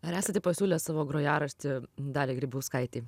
ar esate pasiūlęs savo grojaraštį daliai grybauskaitei